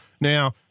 Now